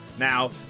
Now